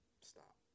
Stop